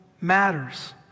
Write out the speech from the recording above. matters